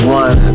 one